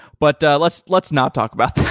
but let's let's not talk about that.